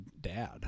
dad